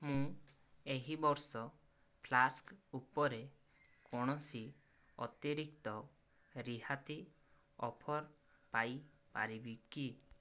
ମୁଁ ଏହି ବର୍ଷ ଫ୍ଲାସ୍କ୍ ଉପରେ କୌଣସି ଅତିରିକ୍ତ ରିହାତି ଅଫର୍ ପାଇପାରିବି କି